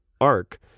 arc